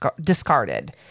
discarded